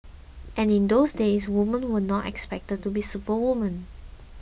and in those days women were not expected to be superwomen